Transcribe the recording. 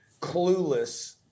clueless